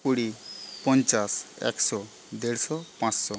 কুড়ি পঞ্চাশ একশো দেড়শো পাঁচশো